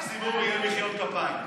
מקסימום יהיו מחיאות כפיים.